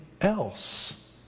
else